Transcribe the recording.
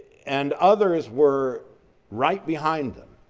and others were right behind them.